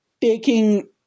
taking